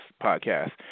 podcast